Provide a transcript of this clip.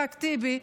חבר הכנסת טיבי,